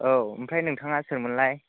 औ आमफ्राय नोंथाङा सोरमोनलाय